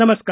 नमस्कार